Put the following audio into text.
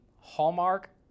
Hallmark